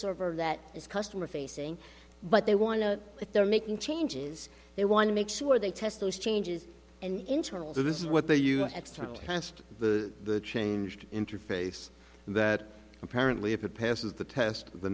server that is customer facing but they want to know if they're making changes they want to make sure they test those changes and internal to this is what they use extra to test the changed interface that apparently if it passes the test the